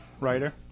Writer